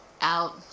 out